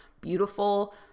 beautiful